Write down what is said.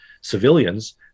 civilians